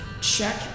check